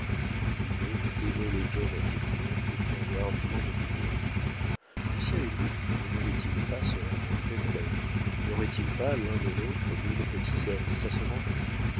finot aimait les hommes assez forts pour changer hardiment d'opinion lucien et lui ne devaient-ils pas se rencontrer dans la vie n'auraient-ils pas l'un et l'autre mille petits services à se rendre